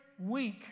week